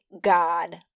God